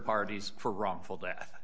parties for wrongful death